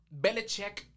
Belichick